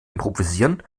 improvisieren